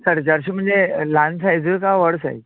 साडे चारशीं म्हणजे ल्हान सायज काय व्हड सायज